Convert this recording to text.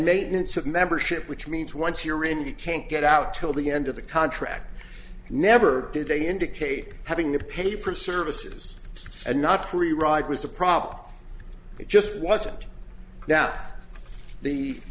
maintenance of membership which means once you're in you can't get out till the end of the contract never did they indicate having to pay for services and not pre rock was a problem it just wasn't